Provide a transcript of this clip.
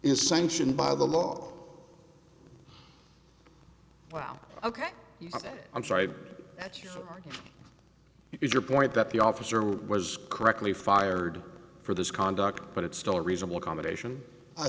is sanctioned by the law well ok i'm sorry that is your point that the officer was correctly fired for this conduct but it's still reasonable accommodation i